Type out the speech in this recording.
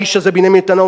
האיש הזה בנימין נתניהו,